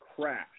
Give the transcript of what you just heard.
crash